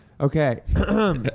Okay